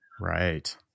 right